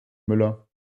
müller